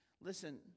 Listen